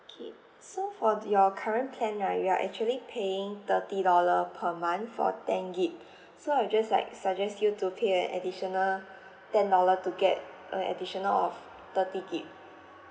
okay so for th~ your current plan right you are actually paying thirty dollar per month for ten G_B so I just like suggest you to pay an additional ten dollar to get uh additional of thirty G_B